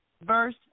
verse